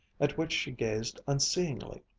at which she gazed unseeingly.